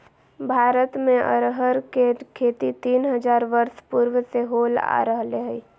भारत में अरहर के खेती तीन हजार वर्ष पूर्व से होल आ रहले हइ